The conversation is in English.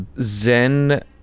Zen